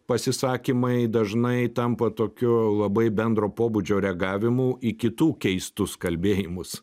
pasisakymai dažnai tampa tokiu labai bendro pobūdžio reagavimu į kitų keistus kalbėjimus